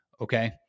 okay